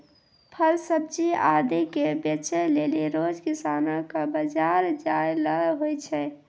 फल सब्जी आदि क बेचै लेलि रोज किसानो कॅ बाजार जाय ल होय छै